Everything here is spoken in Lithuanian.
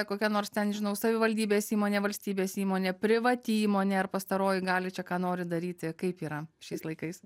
kokią nors ten žinau savivaldybės įmonė valstybės įmonė privati įmonė ar pastaroji gali čia ką nori daryti kaip yra šiais laikais